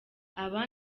aba